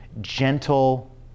gentle